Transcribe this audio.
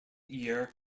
year